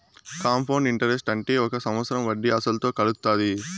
compound interest అంటే ఒక సంవత్సరం వడ్డీ అసలుతో కలుత్తాది